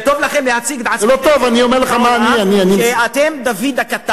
זה טוב לכם להציג את עצמכם בפני העולם שאתם דוד הקטן,